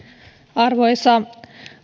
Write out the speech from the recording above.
arvoisa